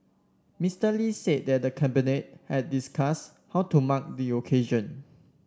Mister Lee said that the Cabinet had discussed how to mark the occasion